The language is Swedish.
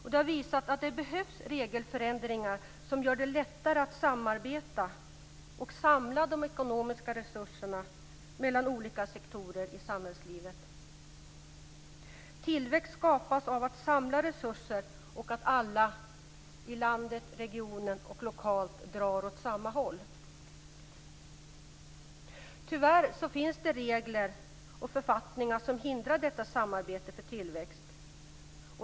Det har visat att det behövs regelförändringar som gör det lättare att samarbeta och samla de ekonomiska resurserna mellan olika sektorer i samhällslivet. Tillväxt skapas av att samla resurser och av att alla i landet, regionen och lokalt drar åt samma håll. Tyvärr finns det regler och författningar som hindrar detta samarbete för tillväxt.